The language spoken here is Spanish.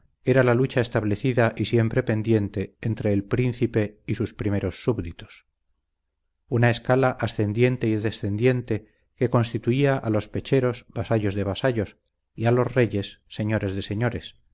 era la lucha establecida y siempre pendiente entre el príncipe y sus primeros súbditos una escala ascendiente y descendiente que constituía a los pecheros vasallos de vasallos y a los reyes señores de señores